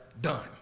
done